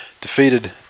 Defeated